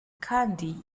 kandi